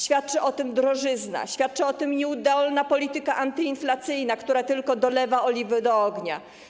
Świadczy o tym drożyzna, świadczy o tym nieudolna polityka antyinflacyjna, która tylko dolewa oliwy do ognia.